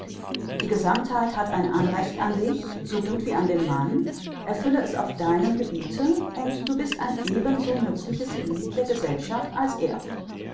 die gesammtheit hat ein anrecht an dich so gut wie an den mann erfülle es auf deinem gebiete und du bist ein eben so nützliches glied der gesellschaft als er